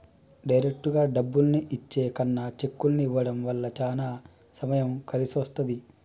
డైరెక్టుగా డబ్బుల్ని ఇచ్చే కన్నా చెక్కుల్ని ఇవ్వడం వల్ల చానా సమయం కలిసొస్తది